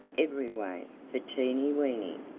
every way, for teeny weeny,